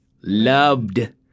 loved